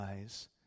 eyes